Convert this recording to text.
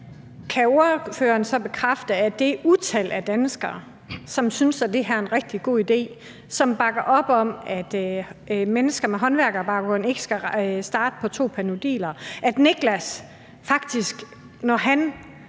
Kan ordføreren så bekræfte – på trods af det utal af danskere, som synes, at det her egentlig er en rigtig god idé, og som bakker op om, at mennesker med håndværkerbaggrund ikke skal starte dagen på to Panodiler,